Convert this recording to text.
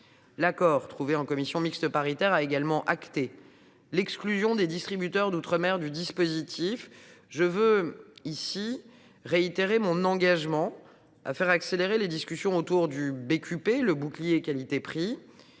L’accord trouvé en commission mixte paritaire a également acté l’exclusion des distributeurs d’outre mer du dispositif. Je réitère ici mon engagement à faire accélérer les discussions autour du bouclier qualité prix